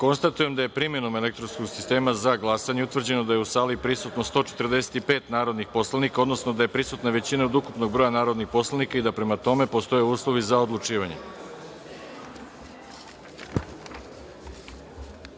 glasanje. Konstatujem da je primenom elektronskog sistema za glasanje utvrđeno da je u sali prisutno 145 narodnih poslanika, odnosno da je prisutna većina od ukupnog broja narodnih poslanika i da prema tome, postoje uslovi za odlučivanje. Pošto